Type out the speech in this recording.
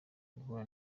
guhura